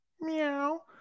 Meow